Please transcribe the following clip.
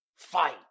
fight